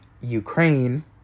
Ukraine